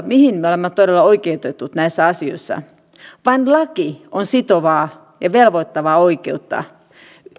mihin me olemme todella oikeutetut näissä asioissa vain laki on sitovaa ja velvoittavaa oikeutta